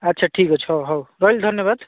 ଆଚ୍ଛା ଠିକ୍ଅଛି ହଉ ହଉ ରହିଲି ଧନ୍ୟବାଦ